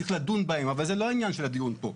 צריך לדון בהם, אבל זה לא העניין של הדיון פה.